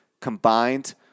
combined